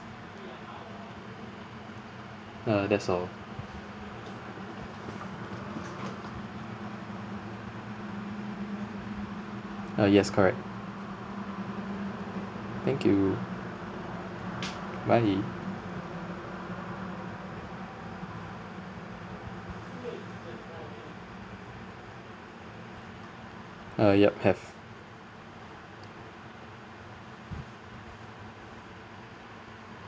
uh that's all uh yes correct thank you bye uh yup have